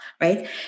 right